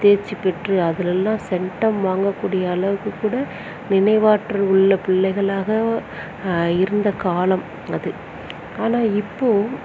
தேர்ச்சி பெற்று அதெலாம் சென்டம் வாங்கக்கூடிய அளவுக்கு கூட நினைவாற்றல் உள்ள பிள்ளைகளாக இருந்த காலம் அது ஆனால் இப்போது